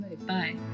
Bye